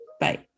Bye